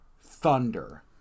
thunder